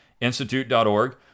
Institute.org